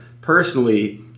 personally